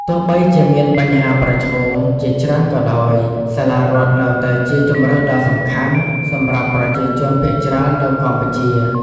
ទោះបីជាមានបញ្ហាប្រឈមជាច្រើនក៏ដោយ សាលារដ្ឋនៅតែជាជម្រើសដ៏សំខាន់ សម្រាប់ប្រជាជនភាគច្រើននៅកម្ពុជា។